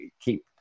keep